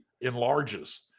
enlarges